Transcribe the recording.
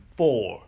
four